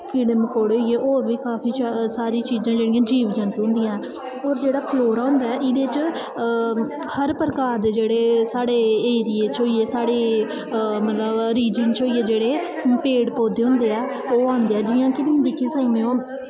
कीड़े मकोड़े होई गे होर बी काफी शा सारी चीजां जेह्ड़ियां जीव जैंतू होंदियां न होर जेह्ड़ा फ्लोरा होंदा ऐ एह्दे च हर प्रकार दे जेह्ड़े साढ़े एरिये च होई गे साढ़े मतलब रीजन च होई गे जेह्ड़े पेड़ पौधे होंदे ऐ ओह् आंदे ऐं जियां कि तुस दिक्खी सकने ओ